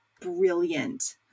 brilliant